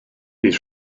bydd